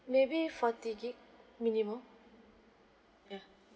maybe forty gig minimum ya